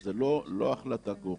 זאת לא החלטה גורפת,